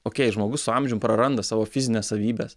okei žmogus su amžium praranda savo fizines savybes